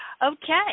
Okay